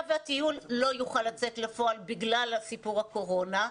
והטיול לא יוכל לצאת לפועל בגלל סיפור הקורונה,